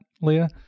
Leah